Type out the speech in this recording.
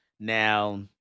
Now